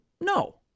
No